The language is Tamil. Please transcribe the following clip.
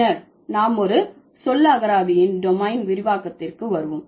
பின்னர் நாம் ஒரு சொல்லகராதியின் டொமைன் விரிவாக்கத்திற்கு வருவோம்